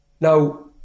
Now